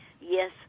Yes